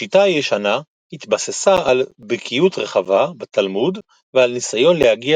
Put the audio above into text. השיטה הישנה התבססה על בקיאות רחבה בתלמוד ועל ניסיון להגיע